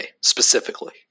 specifically